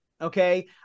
Okay